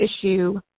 issue